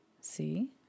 See